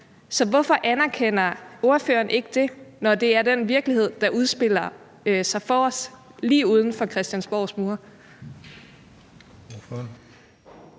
Så hvorfor anerkender ordføreren ikke det, når det er den virkelighed, der udspiller sig for os lige uden for Christiansborgs mure?